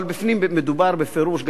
אבל בפנים מדובר בפירוש,